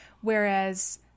whereas